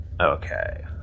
Okay